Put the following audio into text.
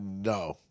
no